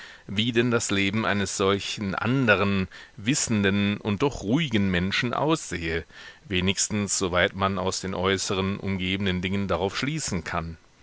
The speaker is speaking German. wie denn das leben eines solchen anderen wissenden und doch ruhigen menschen aussehe wenigstens so weit man aus den äußeren umgebenden dingen darauf schließen kann